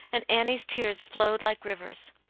and annie's tears flowed like rivers.